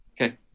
Okay